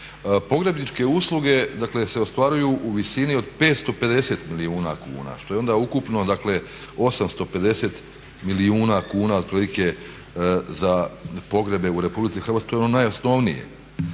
Pogrebničke usluge dakle se ostvaruju u visini od 550 milijuna kuna što je onda ukupno dakle 850 milijuna kuna otprilike za pogrebe u Republici Hrvatskoj. To je ono najosnovnije.